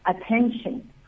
attention